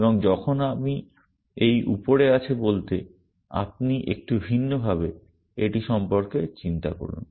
এবং যখন আমি এই উপরে আছে বলতে আপনি একটু ভিন্নভাবে এটি সম্পর্কে চিন্তা করুন